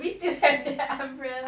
do we still have that umbrella